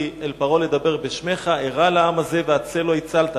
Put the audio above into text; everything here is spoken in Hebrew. אל פרעה לדבר בשמך הרע לעם הזה והצל לא הצלת".